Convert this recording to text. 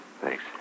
Thanks